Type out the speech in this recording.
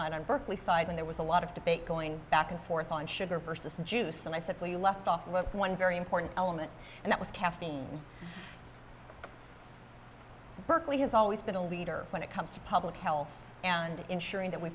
night on berkeley side when there was a lot of debate going back and forth on sugar person juice and i said well you left off left one very important element and that was caffeine berkeley has always been a leader when it comes to public health and ensuring that we